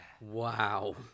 Wow